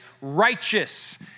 righteous